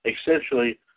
essentially